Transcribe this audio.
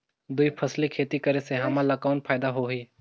दुई फसली खेती करे से हमन ला कौन फायदा होही?